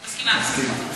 מסכימה.